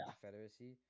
Confederacy